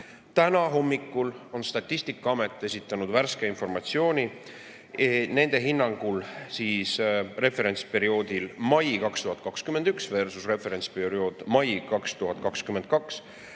Täna hommikul on Statistikaamet esitanud värske informatsiooni. Nende hinnangul on referentsperioodil mai 2021versusmai 2022